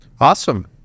Awesome